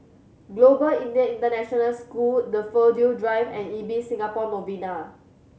Global Indian International School Daffodil Drive and Ibis Singapore Novena